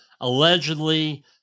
allegedly